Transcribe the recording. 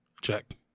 check